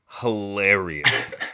hilarious